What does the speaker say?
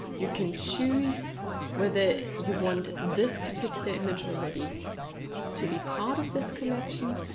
you can choose whether you want this particular image already to be part of this collection.